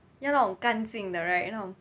要那种干净的 right 那种